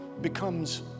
becomes